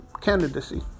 candidacy